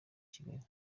kigali